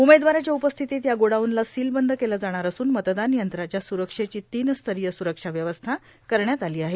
उमेदवारांच्या उपस्थितीत या गोडाऊनला सील बंद केलं जाणार असून मतदान यंत्रांच्या सुरक्षेची तीन स्तरीय सुरक्षा व्यवस्था करण्यात आली आहे